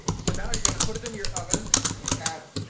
so now you're gonna put it in your oven at.